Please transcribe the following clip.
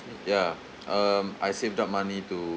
ya um I saved up money to